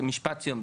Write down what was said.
משפט סיום.